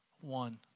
one